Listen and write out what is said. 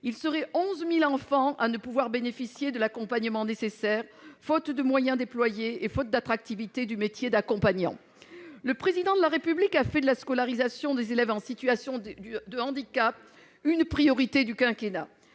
Ils seraient 11 000 enfants à ne pouvoir bénéficier de l'accompagnement nécessaire, faute de moyens déployés et faute d'attractivité du métier d'accompagnant. Le Président de la République a fait de la scolarisation des élèves en situation de handicap une priorité du quinquennat.